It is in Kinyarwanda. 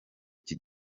iki